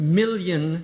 million